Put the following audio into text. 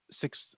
six